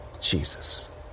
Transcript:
Jesus